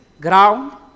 ground